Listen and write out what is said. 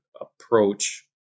approach